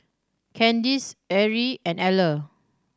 Candice Erie and Eller